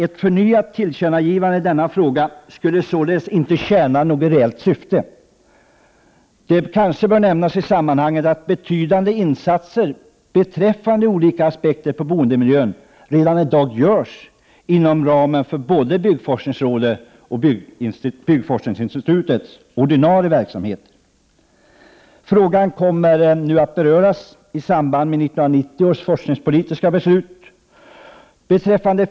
Ett förnyat tillkännagivande i denna fråga skulle således inte tjäna något reellt syfte. Det bör kanske i sammanhanget nämnas att betydande insatser beträffande olika aspekter av boendemiljön redan i dag görs inom ramen för bl.a. byggforskningsrådets och byggforskningsinstitutets ordinarie verksamhet. Frågan kommer nu att beröras i samband med 1990 års forskningspolitiska beslut.